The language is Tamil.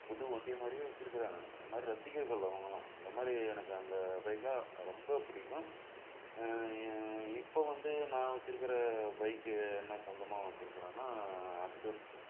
புது வண்டி மாதிரியே வச்சிருக்கிறாங்க அந்த மாதிரி ரசிகர்கள் அவங்களாம் அந்த மாதிரி எனக்கு அந்த பைக்லாம் ரொம்பப் பிடிக்கும் இப்போ வந்து நான் வச்சிருக்கிற பைக்கு என்ன சொந்தமாக வச்சிருக்குறேன்னா அக்சஸ்